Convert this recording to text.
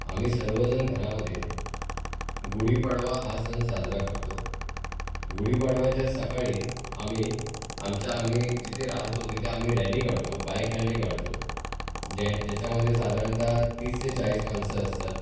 आम्ही सर्वजण घरामध्ये गुढीपाडवा हा सण साजरा करतो गुढीपाडव्याच्या सकाळी आम्ही आमच्या आम्ही जिथे राहतो तिथे आम्ही रॅली काढतो बाइक रॅली काढतो ज्या ज्याच्यामधे साधारणतः तीस ते चाळीस माणसं असतात